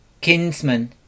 kinsman